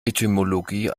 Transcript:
etymologie